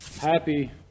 Happy